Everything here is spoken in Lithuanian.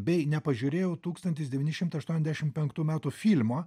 bei nepažiūrėjau tūkstantis devyni šimtai aštuondešim penktų metų filmo